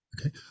Okay